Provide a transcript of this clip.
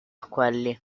quelli